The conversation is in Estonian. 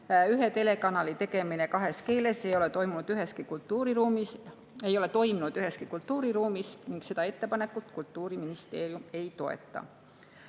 Ühe telekanali tegemine kahes keeles ei ole toiminud üheski kultuuriruumis ning seda ettepanekut Kultuuriministeerium ei toeta.